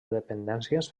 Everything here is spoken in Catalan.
dependències